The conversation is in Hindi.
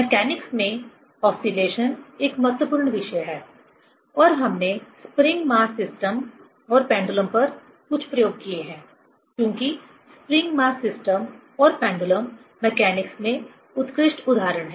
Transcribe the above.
मैकेनिकस में ओसीलेशन एक महत्वपूर्ण विषय है और हमने स्प्रिंग मास सिस्टम और पेंडुलम पर कुछ प्रयोग किए हैं क्योंकि स्प्रिंग मास सिस्टम और पेंडुलम मैकेनिकस में उत्कृष्ट उदाहरण हैं